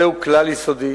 זהו כלל יסודי,